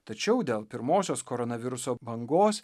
tačiau dėl pirmosios koronaviruso bangos